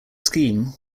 scheme